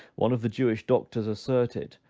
one of the jewish doctors asserted,